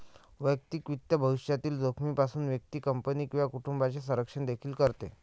वैयक्तिक वित्त भविष्यातील जोखमीपासून व्यक्ती, कंपनी किंवा कुटुंबाचे संरक्षण देखील करते